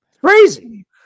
Crazy